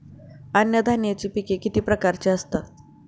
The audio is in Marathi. अन्नधान्याची पिके किती प्रकारची असतात?